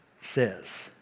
says